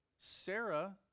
Sarah